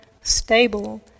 stable